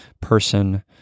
person